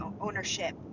ownership